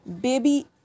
baby